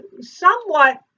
somewhat